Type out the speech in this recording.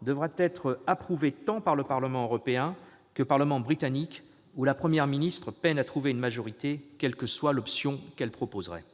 qu'il devra être approuvé tant par le Parlement européen que par le Parlement britannique, au sein duquel la Première ministre peine à trouver une majorité, quelle que soit l'option qu'elle proposerait.